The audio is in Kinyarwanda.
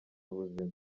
ubuzima